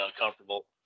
uncomfortable